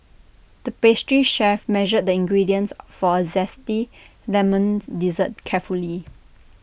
the pastry chef measured the ingredients for A Zesty Lemon Dessert carefully